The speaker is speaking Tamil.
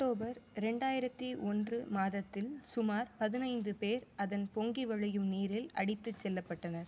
அக்டோபர் ரெண்டாயிரத்தி ஒன்று மாதத்தில் சுமார் பதினைந்து பேர் அதன் பொங்கி வழியும் நீரில் அடித்துச் செல்லப்பட்டனர்